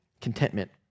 contentment